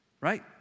Right